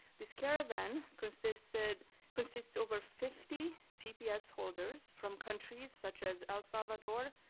this caravan consisted, consists over fifty tps holders from countries such as el salvador,